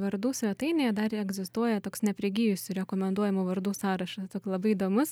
vardų svetainėje dar egzistuoja toks neprigijusių rekomenduojamų vardų sąrašas tok labai įdomus